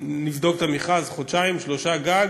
נבדוק את המכרז חודשיים, שלושה גג,